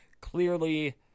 clearly